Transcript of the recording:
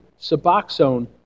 Suboxone